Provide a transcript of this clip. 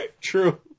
True